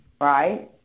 right